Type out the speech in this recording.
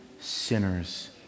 sinners